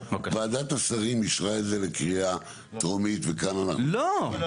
ועדת השרים אישרה את זה לקריאה טרומית --- לא,